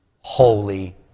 holy